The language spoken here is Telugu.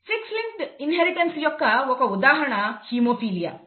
సెక్స్ లింక్డ్ ఇన్హెరిటెన్స్ యొక్క ఒక ఉదాహరణ హిమోఫిలియా